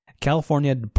California